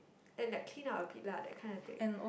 then like clean up a bit lah that kind of thing